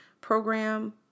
program